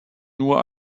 nur